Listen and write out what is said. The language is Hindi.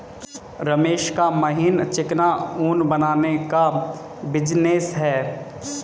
रमेश का महीन चिकना ऊन बनाने का बिजनेस है